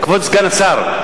כבוד סגן השר,